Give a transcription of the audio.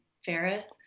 Ferris